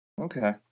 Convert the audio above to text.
Okay